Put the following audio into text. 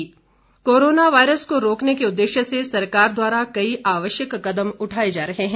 corona जागरूकता corona virus को रोकने के उद्देश्य से सरकार द्वारा कई आवश्यक कदम उठाए जा रहे हैं